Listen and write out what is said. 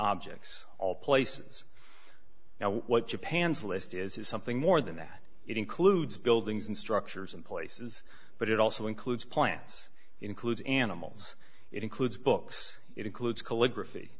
objects all places now what japan's list is is something more than that it includes buildings and structures and places but it also includes plans includes animals it includes books it includes calligraphy